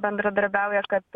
bendradarbiauja kad